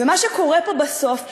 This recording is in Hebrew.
ומה שקורה פה בסוף,